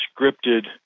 scripted